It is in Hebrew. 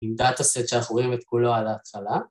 ‫עם דאטה סט שאנחנו רואים את כולו ‫על ההתחלה.